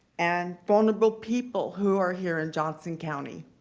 and vulnerable people who are here in johnson county.